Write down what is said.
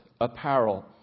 apparel